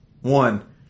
One